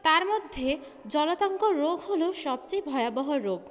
তার মধ্যে জলাতঙ্ক রোগ হল সবচেয়ে ভয়াবহ রোগ